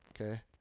Okay